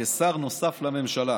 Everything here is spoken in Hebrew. כשר נוסף לממשלה.